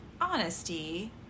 honesty